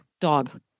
dog